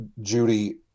Judy